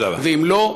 ואם לא,